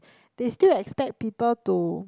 they still expect people to